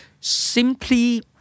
Simply